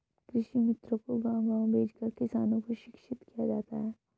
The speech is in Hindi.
कृषि मित्रों को गाँव गाँव भेजकर किसानों को शिक्षित किया जाता है